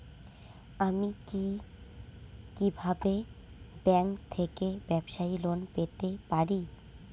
আমি কি কিভাবে ব্যাংক থেকে ব্যবসায়ী লোন পেতে পারি?